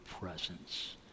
presence